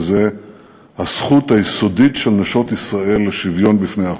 וזה הזכות היסודית של נשות ישראל לשוויון בפני החוק.